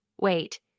Wait